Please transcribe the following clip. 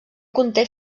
conté